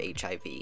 HIV